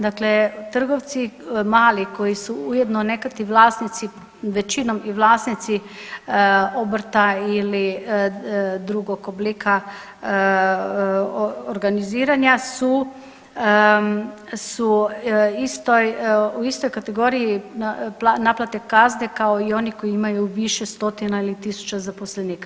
Dakle, trgovci mali koji su ujedno nekad i vlasnici većinom i vlasnici obrta ili drugog oblika organiziranja su u istoj kategoriji naplate kazne kao i oni koji imaju više stotina ili tisuća zaposlenika.